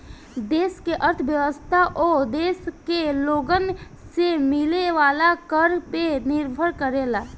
देश के अर्थव्यवस्था ओ देश के लोगन से मिले वाला कर पे निर्भर करेला